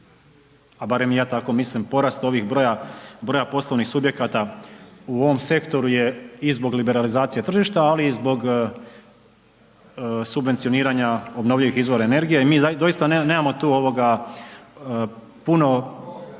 a barem i ja tako mislim porast ovog broja poslovnih subjekata je i zbog liberalizacije tržišta ali i zbog subvencioniranja obnovljivih izvora energije. I mi doista nemamo tu puno